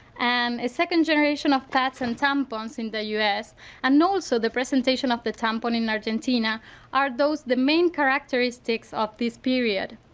and a second generation of pads and tampons in the us and also the presentation of the tampon in argentina are the main characteristics of this period.